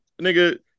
nigga